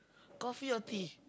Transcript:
coffee or tea